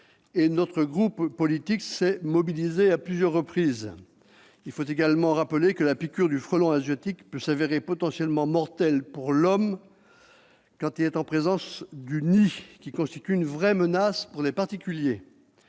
notre groupe politique s'est mobilisé à plusieurs reprises. Il faut également le rappeler, la piqûre du frelon asiatique peut s'avérer potentiellement mortelle pour l'homme et la présence d'un nid constitue une vraie menace pour les particuliers.